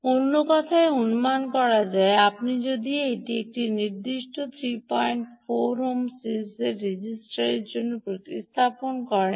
অন্য কথায় অনুমান করা যায় আপনি যদি এটি একটি নির্দিষ্ট 34 ওহম রেজিস্টার দিয়ে প্রতিস্থাপন করেন